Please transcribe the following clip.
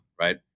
Right